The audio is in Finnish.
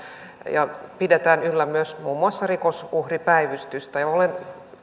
ja pidetään yllä myös muun muassa rikosuhripäivystystä olen